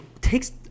takes